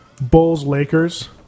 Bulls-Lakers